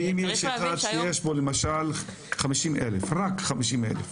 ואם יש אחד שיש בו למשל 50,000, רק 50,000,